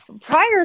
prior